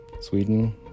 Sweden